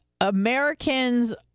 Americans